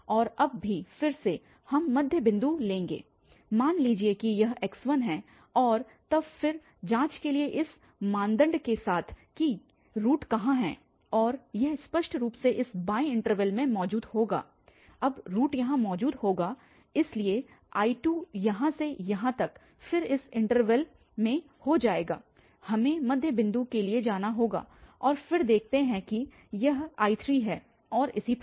और अब भी फिर से हम मध्य बिंदु लेंगे मान लीजिए कि यह x1 है और तब फिर जांच के इस मानदंड के साथ कि रूट कहां है और यह स्पष्ट रूप से इस बाएं इन्टरवल में मौजूद होगा अब रूट यहाँ मौजूद होगा और इसलिए I2 यहाँ से यहाँ तक फिर इस इन्टरवल हो जाएगा हमें मध्यबिन्दु के लिए जाना होगा और फिर देखते हैं कि यह I3 है और इसी प्रकार